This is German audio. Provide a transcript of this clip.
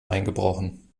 eingebrochen